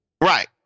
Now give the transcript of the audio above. Right